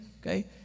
okay